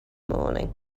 morning